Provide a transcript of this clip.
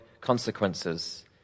consequences